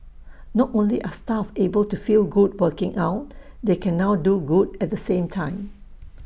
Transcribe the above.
not only are staff able to feel good working out they can now do good at the same time